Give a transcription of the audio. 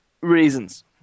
reasons